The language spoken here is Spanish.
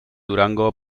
durango